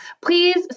Please